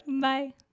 Bye